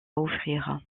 offrir